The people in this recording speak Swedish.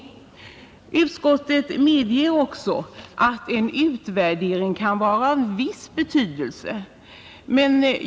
Utskottet medger också att en utvärdering kan vara av viss betydelse.